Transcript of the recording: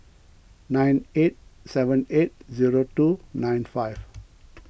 nine eight seven eight zero two nine five